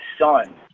son